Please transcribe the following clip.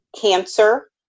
cancer